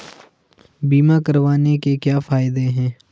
बीमा करवाने के क्या फायदे हैं?